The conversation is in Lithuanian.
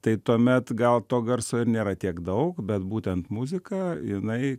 tai tuomet gal to garso ir nėra tiek daug bet būtent muzika jinai